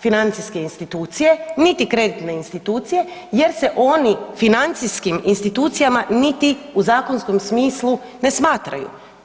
financijske institucije niti kreditne institucije jer se oni financijskim institucijama niti u zakonskom smislu ne smatraju.